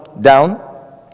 down